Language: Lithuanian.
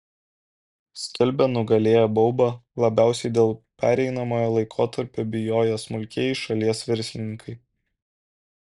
skelbia nugalėję baubą labiausiai dėl pereinamojo laikotarpio bijoję smulkieji šalies verslininkai